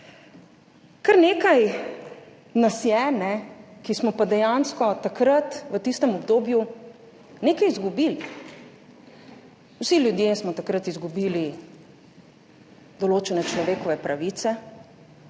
Kar nekaj nas je, ki smo pa dejansko takrat v tistem obdobju nekaj izgubili. Vsi ljudje smo takrat izgubili določene človekove pravice,